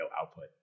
output